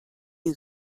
you